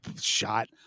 shot